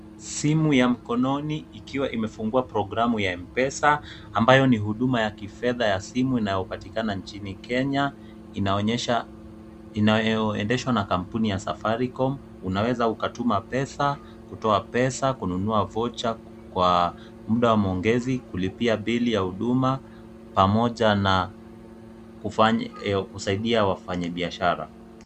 Simu ya mkononi ikiwa imefungua programu ya M-Pesa, ambayo ni huduma ya kifedha ya simu inayopatikana nchini Kenya, inayoendeshwa na kampuni ya Safaricom, unaweza ukatuma pesa, kutoa pesa, kununua voucher kwa muda wa maongezi, kulipia bili ya huduma pamoja na kufanya, kusaidia wafanyibiashara.